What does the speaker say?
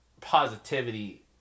positivity